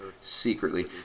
secretly